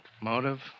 motive